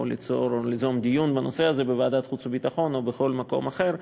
או ליזום דיון בנושא הזה בוועדת החוץ והביטחון או בכל מקום אחר,